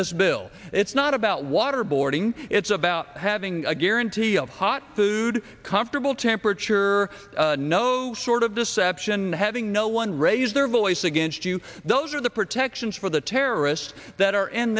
this bill it's not about waterboarding it's about having a guarantee of hot food comfortable temperature no sort of deception having no one raised their voice against you those are the protections for the terrorists that are in